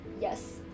yes